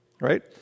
right